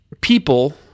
People